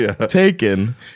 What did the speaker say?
taken